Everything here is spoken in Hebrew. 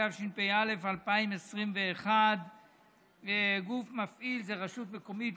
התשפ"א 2021. הוא מכריז על רשות מקומית,